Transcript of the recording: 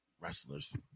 wrestlers